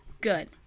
good